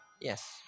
Yes